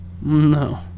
No